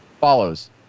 follows